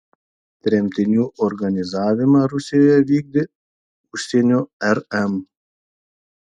tremtinių organizavimą rusijoje vykdė užsienio rm